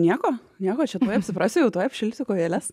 nieko nieko čia tuoj apsiprasiu jau tuoj apšilsiu kojeles